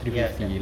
ya sia